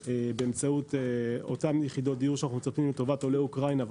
באמצעות אותן יחידות דיור שאנחנו מצפים לטובת עולי אוקראינה.